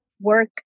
work